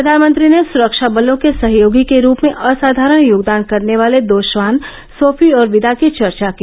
प्रधानमंत्री ने सुरक्षाबलों के सहयोगी के रूप में असाधारण योगदान करने वाले दो श्वान सोफी और विदा की चर्चा की